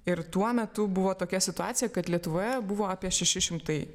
ir tuo metu buvo tokia situacija kad lietuvoje buvo apie šeši šimtai